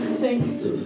thanks